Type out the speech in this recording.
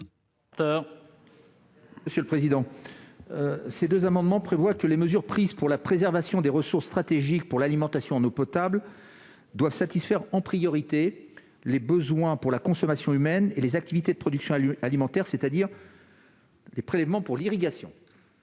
commission ? Ces deux amendements visent à ce que les mesures prises pour la préservation des ressources stratégiques pour l'alimentation en eau potable satisfassent en priorité les besoins pour la consommation humaine et les activités de production alimentaire, c'est-à-dire les prélèvements pour l'irrigation.